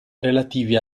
relativi